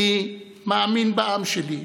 אני מאמין בעם שלי.